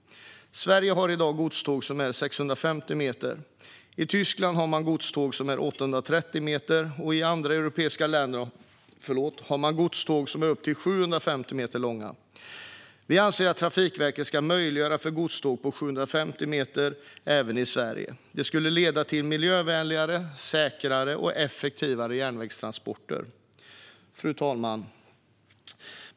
I Sverige i dag finns godståg som är 650 meter. I Tyskland har man godståg som är 830 meter, och i andra europeiska länder finns godståg som är upp till 750 meter långa. Vi anser att Trafikverket ska möjliggöra för godståg på 750 meter även i Sverige. Det skulle leda till miljövänligare, säkrare, och effektivare järnvägstransporter. Fru talman!